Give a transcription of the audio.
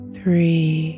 three